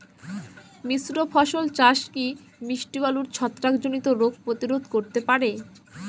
মিশ্র ফসল চাষ কি মিষ্টি আলুর ছত্রাকজনিত রোগ প্রতিরোধ করতে পারে?